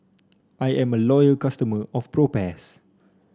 I am a loyal customer of Propass